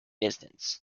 distance